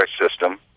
system